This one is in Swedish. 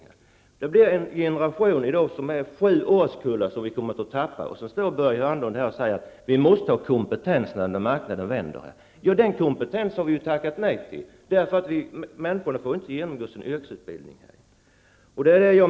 Vi kommer alltså att tappa en generation bestående av sju årskullar, och så står Börje Hörnlund här och säger att vi måste ha kompetens när marknaden vänder! Men den kompetensen har vi tackat nej till, eftersom eleverna inte får genomgå sin yrkesutbildning.